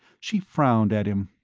she frowned at him.